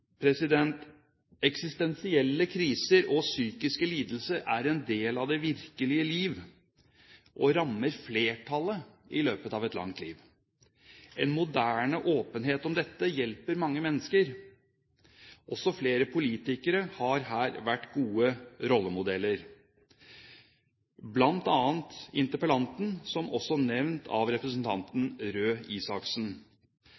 Eksistensielle kriser og psykiske lidelser er en del av det virkelige liv og rammer flertallet i løpet av et langt liv. En moderne åpenhet om dette hjelper mange mennesker. Også flere politikere har her vært gode rollemodeller, bl.a. interpellanten, som også nevnt av